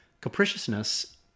capriciousness